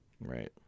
Right